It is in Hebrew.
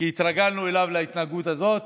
כי התרגלנו אליו, להתנהגות הזאת.